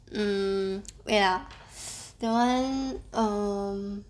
um wait ah that one um